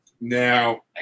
Now